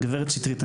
גברת שטרית,